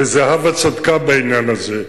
וזהבה צדקה בעניין הזה,